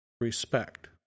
Respect